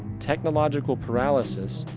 technological paralisis,